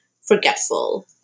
forgetful